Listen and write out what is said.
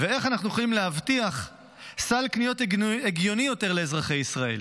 ואיך אנחנו יכולים להבטיח סל קניות הגיוני יותר לאזרחי ישראל.